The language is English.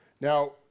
now